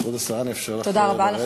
כבוד השרה, אני אאפשר לך לרדת, תודה רבה.